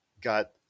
got